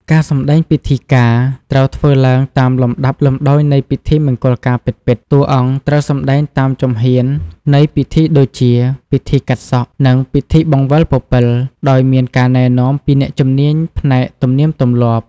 ការសម្ដែងពិធីការ ត្រូវធ្វើឡើងតាមលំដាប់លំដោយនៃពិធីមង្គលការពិតៗ។ តួអង្គត្រូវសម្តែងតាមជំហាននៃពិធីដូចជា ពិធីកាត់សក់ និង ពិធីបង្វិលពពិល ដោយមានការណែនាំពីអ្នកជំនាញផ្នែកទំនៀមទម្លាប់។